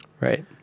right